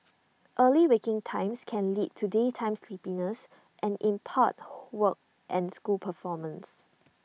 early waking times can lead to daytime sleepiness and in part work and school performance